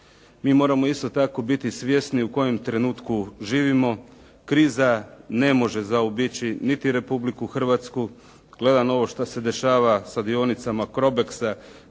Mi moramo isto tako biti svjesni u kojem trenutku živimo. Kriza ne može zaobići niti Republiku Hrvatsku. Gledam ovo što se dešava sa dionicama CROBEX-a,